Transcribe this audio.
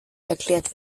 erklärt